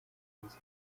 nziza